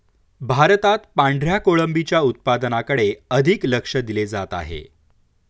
भारतात पांढऱ्या कोळंबीच्या उत्पादनाकडे अधिक लक्ष दिले जात आहे